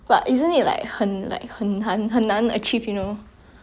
but isn't it like 很 like 很难很难 achieve you know